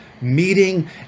meeting